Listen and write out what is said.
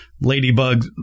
ladybug